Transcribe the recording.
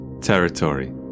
Territory